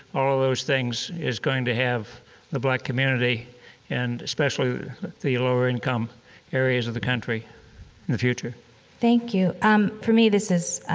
all of those things, is going to have in the black community and, especially the lower-income areas of the country in the future thank you. um, for me, this is, ah,